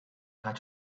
with